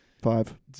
Five